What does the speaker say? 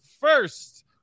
first